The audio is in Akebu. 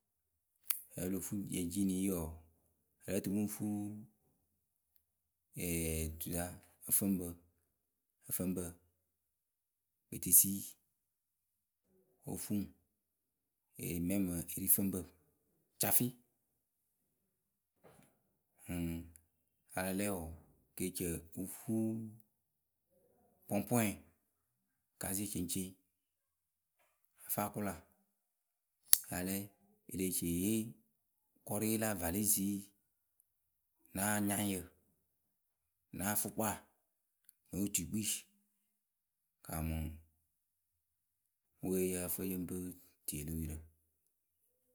wǝ́ o lo fuu ji- jini yi wɔɔ, wǝ́ lǝ́ǝ tɨ mɨ ŋ fuu tusa ǝfǝŋpǝ kpetesii, o lóo fuu ŋwǝ meeme erifǝŋpǝ cafɩ wǝ́ a la lɛ wɔɔ ke ci ǝ fufu pompom casie ceŋceŋ kɨ ǝ fɨ a kʊla ka lɛ e leh ci e yee kʊrɩye la valise na anyaŋyǝ, na afʊkpa mɨ otukpii. Wǝ kaamɨ we yǝ́ǝ fɨ yǝ ŋ pɨ tie lo yurǝ.